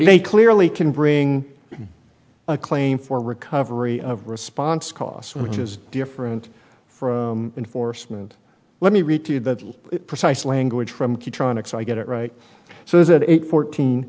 they clearly can bring a claim for recovery of response costs which is different from enforcement let me read to you the precise language from key tronics i get it right so is it eight fourteen